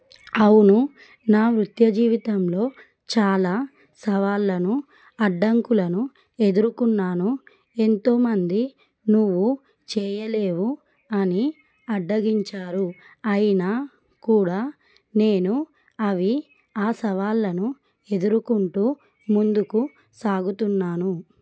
అవును నా నిత్య జీవితంలో చాలా సవాళ్ళను అడ్డంకులను ఎదురుకున్నాను ఎంతోమంది నువ్వు చేయలేవు అని అడ్డగించారు అయినా కూడా నేను అవి ఆ సవాళ్ళను ఎదురుకుంటూ ముందుకు సాగుతున్నాను